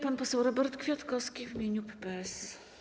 Pan poseł Robert Kwiatkowski w imieniu PPS.